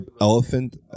elephant